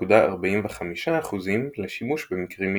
0.45% לשימוש במקרים מיוחדים,